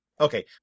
Okay